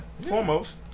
foremost